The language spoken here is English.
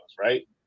right